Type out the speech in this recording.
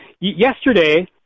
yesterday